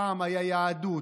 פעם הייתה יהדות,